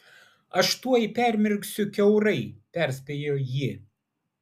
aš tuoj permirksiu kiaurai perspėjo ji